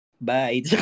bye